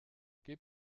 gib